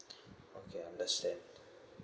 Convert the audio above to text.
okay understand